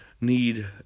need